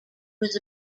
was